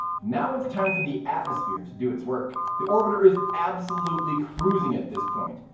now it's time for the atmosphere to do its work. the orbiter is absolutely cruising at this point.